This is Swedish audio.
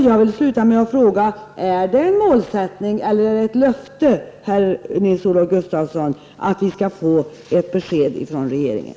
Jag vill sluta med att fråga: Är det en målsättning eller ett löfte, herr Nils-Olof Gustafsson, att vi skall få ett besked från regeringen?